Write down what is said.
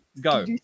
Go